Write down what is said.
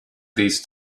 these